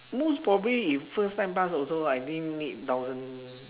most probably you first time pass also I think need thousand